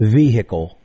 vehicle